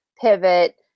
pivot